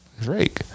Drake